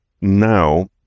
now